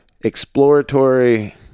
exploratory